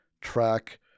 track